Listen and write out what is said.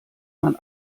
man